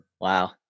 Wow